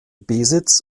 besitz